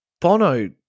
Bono